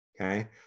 okay